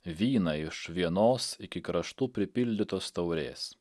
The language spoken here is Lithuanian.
vyną iš vienos iki kraštų pripildytos taurės